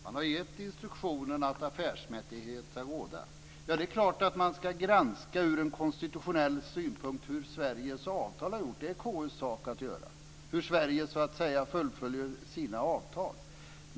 Fru talman! Man har gett instruktionen att affärsmässighet ska råda. Det är klart att man ska granska ur en konstitutionell synpunkt hur Sveriges avtal har gjorts. Det är KU:s sak att göra det. Det gäller då hur Sverige fullföljer sina avtal.